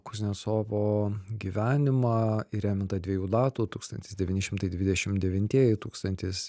kuznecovo gyvenimą įrėmintą dviejų datų tūkstantis devyni šimtai dvidešim devintieji tūkstantis